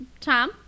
Tom